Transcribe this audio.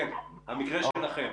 כן, המקרה שלכם.